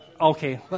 Okay